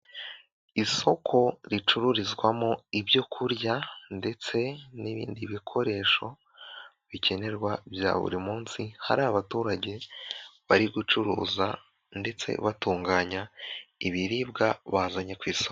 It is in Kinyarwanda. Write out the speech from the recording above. Isoko ricururizwamo ibyo kurya ndetse n'ibindi bikoresho bikenerwa bya buri munsi, hari abaturage bari gucuruza ndetse batunganya ibiribwa bazanye ku isoko.